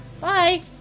Bye